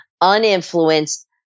uninfluenced